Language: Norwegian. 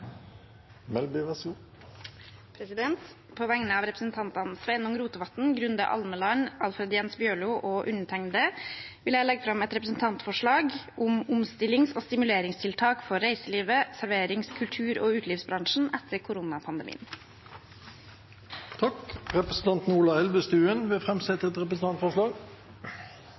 Melby vil framsette et representantforslag. På vegne av representantene Sveinung Rotevatn, Grunde Almeland, Alfred Jens Bjørlo og undertegnede vil jeg legge fram et representantforslag om omstillings- og stimuleringstiltak for reiselivet og serverings-, kultur- og utelivsbransjen etter koronapandemien. Representanten Ola Elvestuen vil framsette et representantforslag.